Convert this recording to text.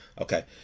Okay